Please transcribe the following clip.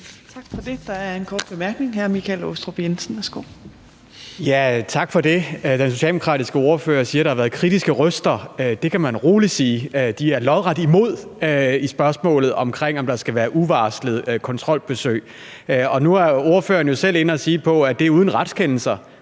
Aastrup Jensen. Værsgo. Kl. 18:54 Michael Aastrup Jensen (V): Tak for det. Den socialdemokratiske ordfører siger, at der har været kritiske røster. Det kan man rolig sige: De er lodret imod i spørgsmålet om, hvorvidt der skal været uvarslede kontrolbesøg. Nu er ordføreren jo selv inde at sige, at det er uden retskendelser,